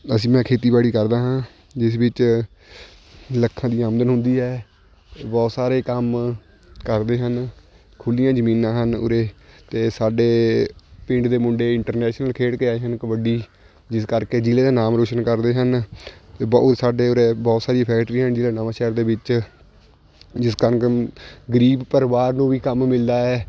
ਅਸੀਂ ਮੈਂ ਖੇਤੀਬਾੜੀ ਕਰਦਾ ਹਾਂ ਜਿਸ ਵਿੱਚ ਲੱਖਾਂ ਦੀ ਆਮਦਨ ਹੁੰਦੀ ਹੈ ਬਹੁਤ ਸਾਰੇ ਕੰਮ ਕਰਦੇ ਹਨ ਖੁੱਲ੍ਹੀਆਂ ਜ਼ਮੀਨਾਂ ਹਨ ਉਰੇ ਅਤੇ ਸਾਡੇ ਪਿੰਡ ਦੇ ਮੁੰਡੇ ਇੰਟਰਨੈਸ਼ਨਲ ਖੇਡ ਕੇ ਆਏ ਹਨ ਕਬੱਡੀ ਜਿਸ ਕਰਕੇ ਜ਼ਿਲ੍ਹੇ ਦਾ ਨਾਮ ਰੋਸ਼ਨ ਕਰਦੇ ਹਨ ਅਤੇ ਬਹੁਤ ਸਾਡੇ ਉਰੇ ਬਹੁਤ ਸਾਰੀਆਂ ਫੈਕਟਰੀ ਹਨ ਜ਼ਿਲ੍ਹਾ ਨਵਾਂਸ਼ਹਿਰ ਦੇ ਵਿੱਚ ਜਿਸ ਕੰਗ ਗਰੀਬ ਪਰਿਵਾਰ ਨੂੰ ਵੀ ਕੰਮ ਮਿਲਦਾ ਹੈ